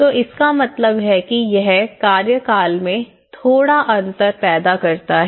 तो इसका मतलब है कि यह कार्यकाल में थोड़ा अंतर पैदा करता है